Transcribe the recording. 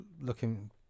looking